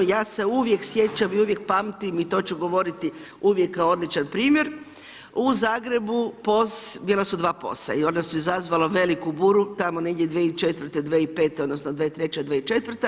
Ja se uvijek sjećam i uvijek pamtim i to ću govoriti uvijek kao odličan primjer u Zagrebu POS… bila su dva POS i ona su izazvala veliku buru, tamo negdje 2004-2005. odnosno 2003-2004.